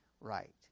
right